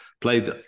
played